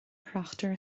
thráchtaire